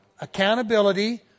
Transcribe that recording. accountability